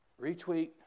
retweet